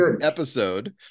episode